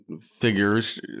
figures